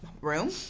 room